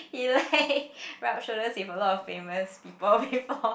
he like rub shoulders with a lot of famous people before